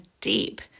deep